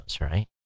right